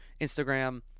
instagram